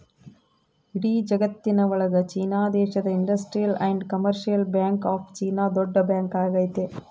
ಇಡೀ ಜಗತ್ತಿನ ಒಳಗ ಚೀನಾ ದೇಶದ industrial and commercial bank of China ದೊಡ್ಡ ಬ್ಯಾಂಕ್ ಆಗೈತೆ